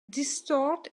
distort